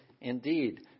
indeed